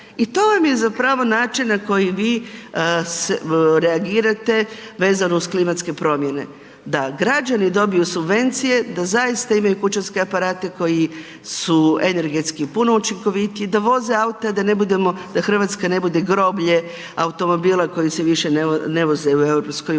i to vam je zapravo način na koji vi reagirate vezano uz klimatske promjene. Da građani dobiju subvencije, da zaista imaju kućanske aparate koji su energetski su puno učinkovitiji, da voze aute da ne budemo, da Hrvatska ne bude groblje automobila koji se više ne voze u EU,